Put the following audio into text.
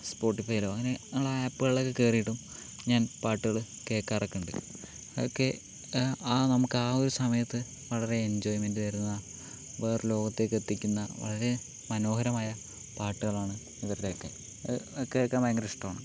സ്പോട്ട്ഫയിലോ അങ്ങനെ ഉള്ള ആപ്പുകളിൽ ഒക്കെ കയറിയിട്ടും ഞാൻ പാട്ടുകള് കേൾക്കാറൊക്കെയുണ്ട് അതൊക്കെ ആ നമുക്ക് ആ ഒരു സമയത്ത് വളരെ എൻജോയ്മെന്റ് തരുന്ന വേറൊരു ലോകത്തേക്ക് എത്തിക്കുന്ന വളരെ മനോഹരമായ പാട്ടുകളാണ് ഇവരുടെയൊക്കെ കേൾക്കാൻ ഭയങ്കര ഇഷ്ടമാണ്